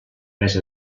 més